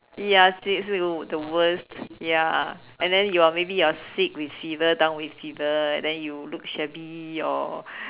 ya so so it the worst ya and then you're maybe you're sick with fever down with fever and then you look shabby or